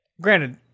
Granted